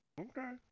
Okay